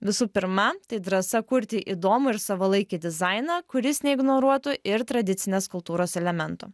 visų pirma tai drąsa kurti įdomų ir savalaikį dizainą kuris neignoruotų ir tradicinės kultūros elementų